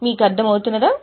మీకు అర్థం అవుతుందా